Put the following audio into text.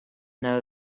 know